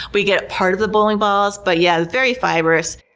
we get part of the bowling balls. but yes, very fibrous.